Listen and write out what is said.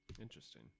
Interesting